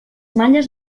malles